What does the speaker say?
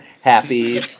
happy